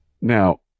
Now